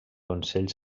consell